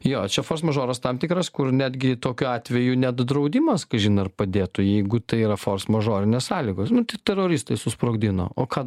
jo čia mažoras tam tikras kur netgi tokiu atveju net draudimas kažin ar padėtų jeigu tai yra fors mažorinės sąlygos nu tai teroristai susprogdino o ką